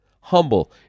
humble